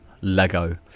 LEGO